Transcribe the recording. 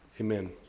Amen